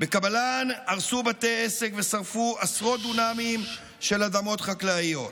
בקבלאן הרסו בתי עסק ושרפו עשרות דונמים של אדמות חקלאיות,